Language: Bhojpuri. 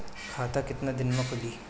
खाता कितना दिन में खुलि?